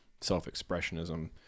self-expressionism